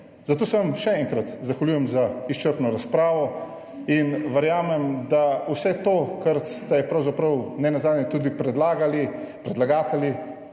Zato se vam še enkrat zahvaljujem za izčrpno razpravo in verjamem, da vse to, kar ste pravzaprav nenazadnje tudi predlagali predlagatelji,